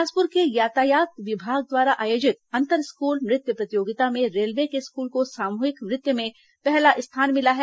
बिलासपुर के यातायात विभाग द्वारा आयोजित अंतर स्कूल नृत्य प्रतियोगिता में रेलवे के स्कूल को सामूहिक नृत्य में पहला स्थान मिला है